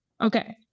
Okay